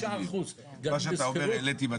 25% גרים בשכירות.